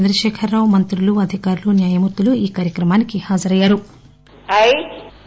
చంద్రశేఖరరావు మంత్రులు అధికారులు న్యాయమూర్తులు ఈ కార్యక్రమానికి హాజరయ్యారు